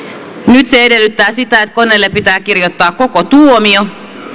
nyt se edellyttää sitä että koneelle pitää kirjoittaa koko tuomio